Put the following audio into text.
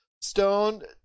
Stone